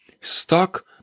stuck